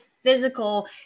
physical